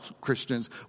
Christians